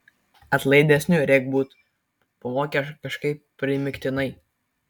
atlaidesniu rek būti pamokė kažkaip primygtinai